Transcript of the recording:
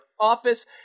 office